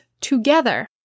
together